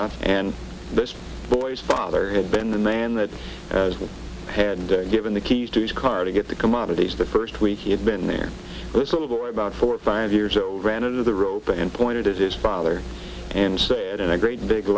out and this boy's father had been the man that had given the keys to his car to get the commodities the first week he had been there about four or five years old ran into the rope and pointed at his father and said in a great big